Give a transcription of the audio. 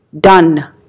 done